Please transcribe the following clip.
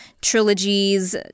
trilogies